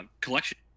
collection